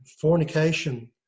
Fornication